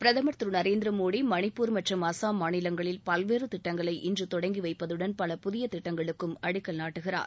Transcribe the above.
பிரதமர் திரு நரேந்திர மோடி மனிப்பூர் மற்றும் அசாம் மாநிலங்களில் பல்வேறு திட்டங்களை இன்று தொடங்கி வைப்பதுடன் பல புதிய திட்டங்களுக்கும் அடிக்கல் நாட்டுகிறார்